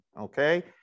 okay